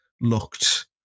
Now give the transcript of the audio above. looked